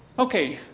ok,